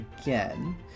again